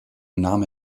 nahm